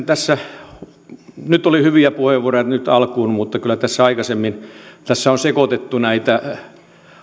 tässä oli hyviä puheenvuoroja nyt alkuun mutta kyllä tässä aikaisemmin on sekoitettu näitä